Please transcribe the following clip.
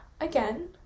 again